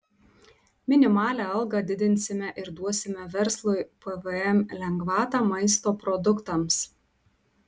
minimalią algą didinsime ir duosime verslui pvm lengvatą maisto produktams